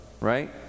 right